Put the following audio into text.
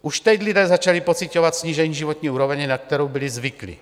Už teď lidé začali pociťovat snížení životní úrovně, na kterou byli zvyklí.